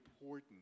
important